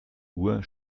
uhr